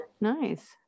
Nice